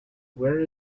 where